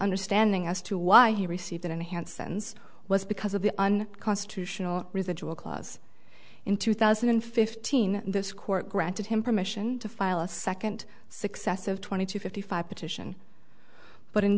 understanding as to why he received it and hansen's was because of the on constitutional residual clause in two thousand and fifteen this court granted him permission to file a second successive twenty two fifty five petition but in